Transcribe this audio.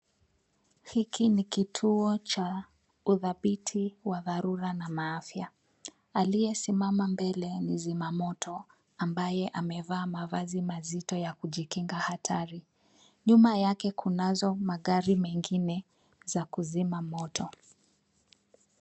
Hiki ni kituo cha udhabiti wa dharura na maafya. Aliye simama mbele ni mzima moto ambaye amevalia mavazi mazito ya kujikinga hatari. Nyuma yake kunazo magari mengine za kuzima moto.